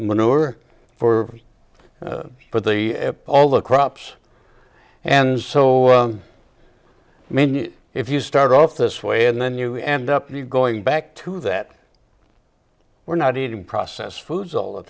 manure for but the all the crops and so i mean if you start off this way and then you end up going back to that we're not eating processed foods all